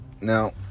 Now